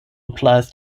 applies